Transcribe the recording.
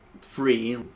free